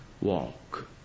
Walk